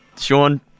Sean